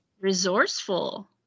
Resourceful